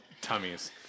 tummies